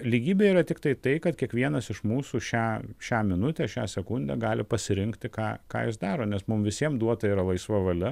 lygybė yra tiktai tai kad kiekvienas iš mūsų šią šią minutę šią sekundę gali pasirinkti ką ką jis daro nes mum visiem duota yra laisva valia